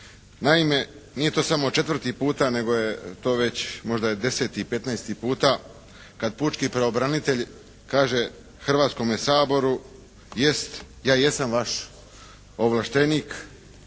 Naime, nije to samo 4. puta nego je to već možda već 10., 15. puta kad pučki pravobranitelj kaže Hrvatskome saboru jest, ja jesam vaš ovlaštenik,